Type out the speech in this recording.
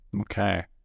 Okay